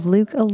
Luke